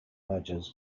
mergers